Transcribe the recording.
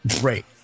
Great